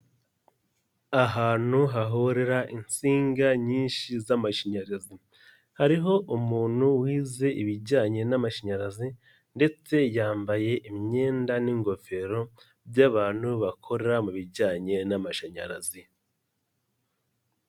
Ahantu hahurira insinga nyinshi z'amashanyarazi, hariho umuntu wize ibijyanye n'amashanyarazi ndetse yambaye imyenda n'ingofero by'abantu bakora mu bijyanye n'amashanyarazi.